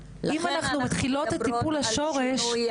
אם אנחנו מתחילים את טיפול השורש.